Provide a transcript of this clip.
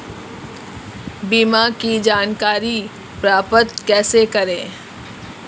बीमा की जानकारी प्राप्त कैसे करें?